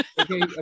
Okay